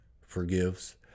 Forgives